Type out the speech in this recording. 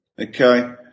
okay